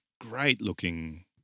great-looking